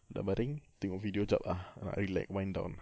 dah baring tengok video jap ah rilek wind down ah